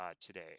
today